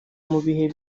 mubihe